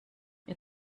ihr